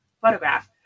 photograph